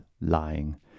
lying